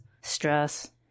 stress